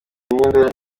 imyenda